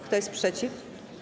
Kto jest przeciw?